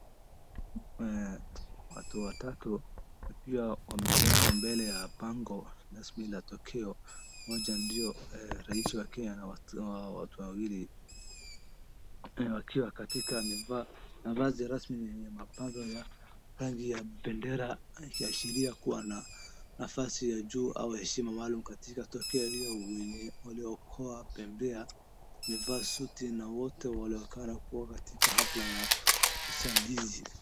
Watu watatu na pia wamesimama nje ya bango rasmi la tukio, mmoja raisi wa kenya na watu wawili wakiwa katika mavazi rasmi ya mapango ya rangi ya bendera yakiashiria kuwa na nafasi ya juu au heshima maalum katika tokeo la waliokuwa pembea wamevaa suti na wako katika hafla ya usandizi